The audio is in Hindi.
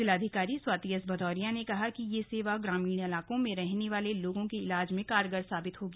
जिलाधिकारी स्वाति एस भदौरिया ने कहा कि यह सेवा ग्रामीण इलाकों में रहने वाले लोगों के ईलाज में कारगर साबित होगी